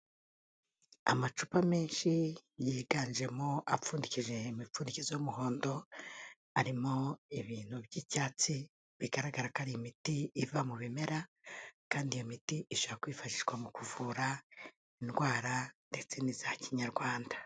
Amacupa menshi yiganjemo apfundikije imipfundikizo y'umuhondo, arimo ibintu by'icyatsi bigaragara ko ari imiti iva mu bimera kandi iyo miti ishobora kwifashishwa mu kuvura indwara ndetse n'iza kinyarwanda.